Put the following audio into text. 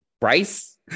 Bryce